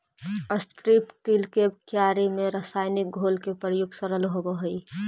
strip till के क्यारि में रसायनिक घोल के प्रयोग सरल होवऽ हई